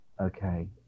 Okay